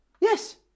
Yes